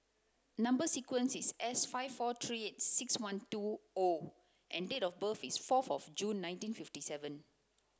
number sequence is S five four three eight six one two O and date of birth is forth of June nineteen fifity seven